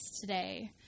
today